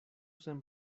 sen